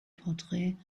porträt